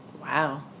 Wow